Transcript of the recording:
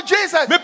Jesus